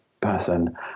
person